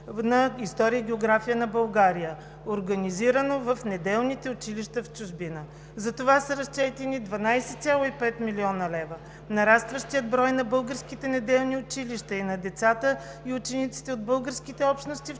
по история и география на България, организирано в неделните училища в чужбина. Затова са разчетени 12,5 млн. лв. Нарастващият брой на българските неделни училища и на децата и учениците от българските общности в чужбина,